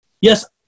Yes